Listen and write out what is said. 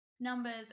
numbers